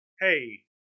Hey